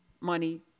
money